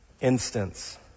instance